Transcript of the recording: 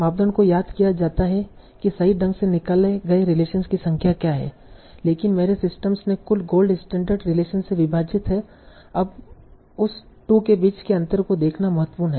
मानदंड को याद किया जाता है कि सही ढंग से निकाले गए रिलेशनस की संख्या क्या है लेकिन मेरे सिस्टम ने कुल गोल्ड स्टैण्डर्ड रिलेशनस से विभाजित है अब उस 2 के बीच के अंतर को देखना महत्वपूर्ण है